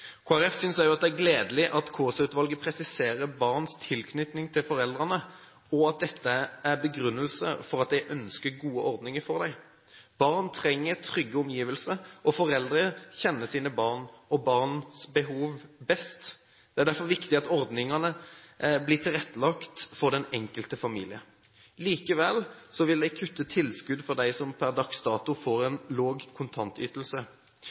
Kristelig Folkeparti synes også det er gledelig at Kaasa-utvalget presiserer barns tilknytning til foreldrene, og at dette er begrunnelsen for at de ønsker gode ordninger for dem. Barn trenger trygge omgivelser, og foreldre kjenner sine barns behov best. Det er derfor viktig at ordningene blir tilrettelagt for den enkelte familie. Likevel vil de kutte tilskudd for dem som per dags dato får en lav kontantytelse.